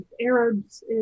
Arabs